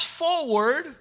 forward